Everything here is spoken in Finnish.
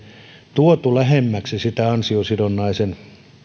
tuotu lähemmäksi niitä ansiosidonnaisen